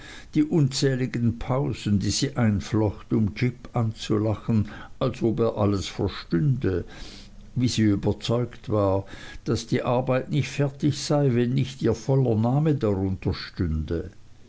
die unzähligen pausen die sie einflocht um jip anzulachen als ob er alles verstünde wie sie überzeugt war daß die arbeit nicht fertig sei wenn nicht ihr voller name darunter stünde